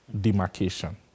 demarcation